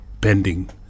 pending